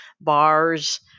bars